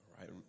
right